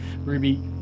Ruby